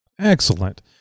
Excellent